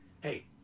Hey